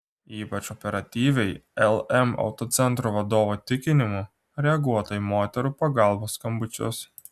ypač operatyviai lm autocentro vadovo tikinimu reaguota į moterų pagalbos skambučius